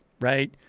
right